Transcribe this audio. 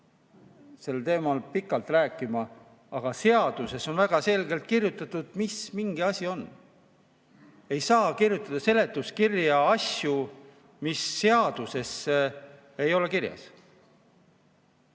sellel teemal pikalt rääkima, aga seaduses on väga selgelt kirjutatud, mis mingi asi on. Ei saa kirjutada seletuskirja asju, mida seaduses kirjas